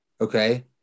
Okay